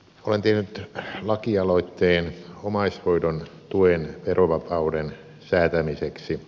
olen tehnyt lakialoitteen omaishoidon tuen verovapauden säätämiseksi